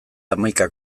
hamaika